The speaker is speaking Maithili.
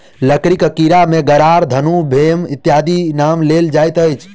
लकड़ीक कीड़ा मे गरार, घुन, भेम इत्यादिक नाम लेल जाइत अछि